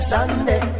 Sunday